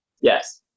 Yes